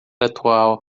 atual